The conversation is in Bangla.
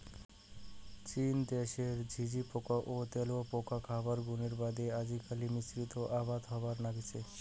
চীন দ্যাশের ঝিঁঝিপোকা ও তেলুয়াপোকার খাবার গুণের বাদে আজিকালি মিশ্রিত আবাদ হবার নাইগচে